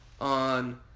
on